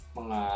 mga